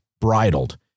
bridled